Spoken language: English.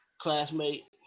classmate